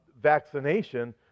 vaccination